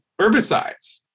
herbicides